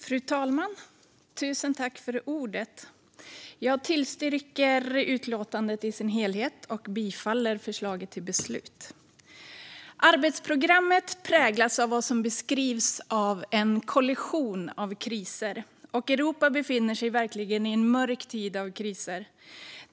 Fru talman! Jag yrkar bifall till förslaget till beslut i utskottets utlåtande. Arbetsprogrammet präglas av vad som beskrivs som en kollision av kriser, och Europa befinner sig verkligen i en mörk tid av kriser.